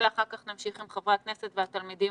ואחר כך נמשיך עם חברי הכנסת והתלמידים